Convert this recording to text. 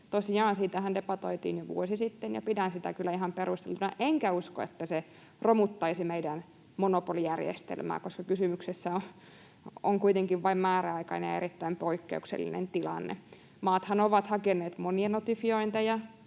siitähän debatoitiin jo vuosi sitten, ja pidän sitä kyllä ihan perusteltuna, enkä usko, että se romuttaisi meidän monopolijärjestelmää, koska kysymyksessä on kuitenkin vain määräaikainen ja erittäin poikkeuksellinen tilanne. Maathan ovat hakeneet monia notifiointeja